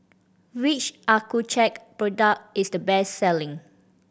which Accucheck product is the best selling